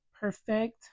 perfect